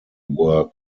were